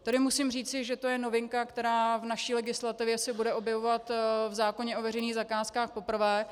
Tady musím říci, že to je novinka, která v naší legislativě se bude objevovat v zákoně o veřejných zakázkách poprvé.